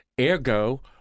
Ergo